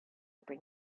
bring